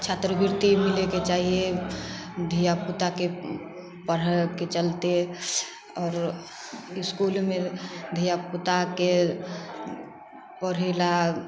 छात्रवृति मिलैके चाही धिआपुताके पढ़ैके चलिते आओर इसकुलमे धिआपुताके पढ़ैलए